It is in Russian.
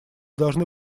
должны